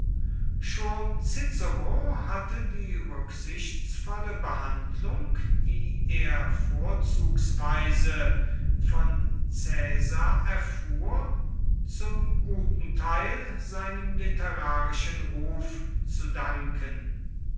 schon cicero hatte die rücksichtsvolle behandlung die er vorzugsweise von caesar erfuhr zum guten teil seinem literarischen ruf zu danken